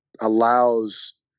allows